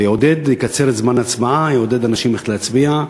שיקצר את זמן ההצבעה ויעודד אנשים ללכת להצביע.